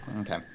Okay